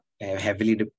heavily